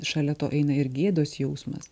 šalia to eina ir gėdos jausmas